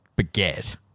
baguette